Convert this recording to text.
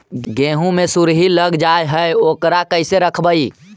गेहू मे सुरही लग जाय है ओकरा कैसे रखबइ?